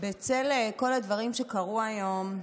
בצל כל הדברים שקרו היום,